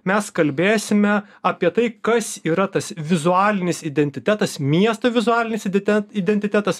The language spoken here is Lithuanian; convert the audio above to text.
mes kalbėsime apie tai kas yra tas vizualinis identitetas miesto vizualinis idetit identitetas